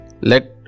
Let